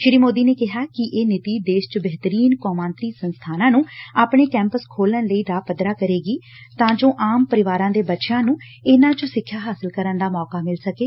ਸ੍ਰੀ ਮੋਦੀ ਨੇ ਕਿਹਾ ਕਿ ਇਹ ਨੀਤੀ ਦੇਸ਼ ਚ ਬਿਹਤਰੀਨ ਕੌਮਾਤਰੀ ਸੰਸਬਾਨਾ ਨੇ ਆਪਣੇ ਕੈਪਸ ਬੋਲਣ ਲਈ ਰਾਹ ਪੱਧਰਾ ਕਰੇਗੀ ਤਾਂ ਜੋ ਆਮ ਪਰਿਵਾਰਾਂ ਦੇ ਬੱਚਿਆਂ ਨੂੰ ਇਨੂਾਂ ਚ ਸਿੱਖਿਆ ਹਾਸਲ ਕਰਨ ਦਾ ਮੌਕਾ ਮਿਲ ਸਕੇ